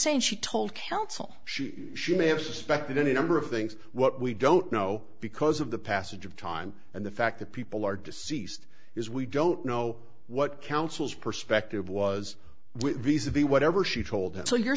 saying she told counsel she may have suspected any number of things what we don't know because of the passage of time and the fact that people are deceased is we don't know what councils perspective was with these of the whatever she told it so you're